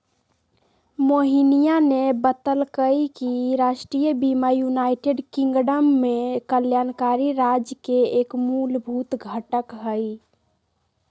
मोहिनीया ने बतल कई कि राष्ट्रीय बीमा यूनाइटेड किंगडम में कल्याणकारी राज्य के एक मूलभूत घटक हई